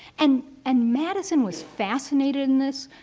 and and madison was fascinated in this.